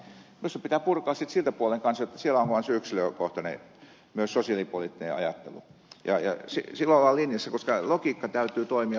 minusta pitää purkaa sitten siltä puolelta kanssa jotta siellä on se yksilökohtainen ja myös sosiaalipoliittinen ajattelu sillä lailla linjassa koska logiikan täytyy toimia puolin ja toisin